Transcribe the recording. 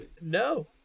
No